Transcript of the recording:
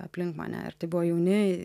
aplink mane ir tai buvo jauni